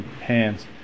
hands